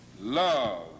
love